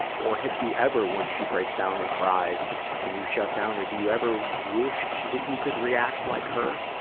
or have you ever, when she breaks down and cries and you shut down, have you ever wished that you could react like her?